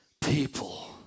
people